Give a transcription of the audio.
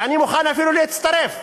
ואני מוכן אפילו להצטרף,